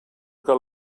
que